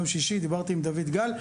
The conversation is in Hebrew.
דיברתי עם דויד גל.